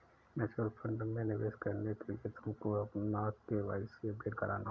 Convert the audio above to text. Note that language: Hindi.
म्यूचुअल फंड में निवेश करने के लिए भी तुमको अपना के.वाई.सी अपडेट कराना होगा